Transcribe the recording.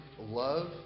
love